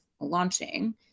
launching